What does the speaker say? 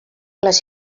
les